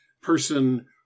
person